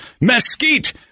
mesquite